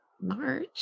March